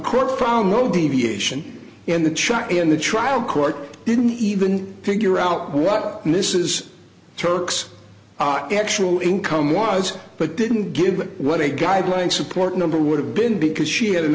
court found no deviation in the child in the trial court didn't even figure out what this is turks are actual income wise but didn't give that one a guideline support number would have been because she had an